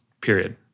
period